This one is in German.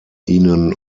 ihnen